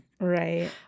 Right